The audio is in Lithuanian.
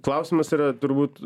klausimas yra turbūt